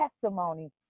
testimony